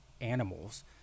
animals